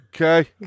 Okay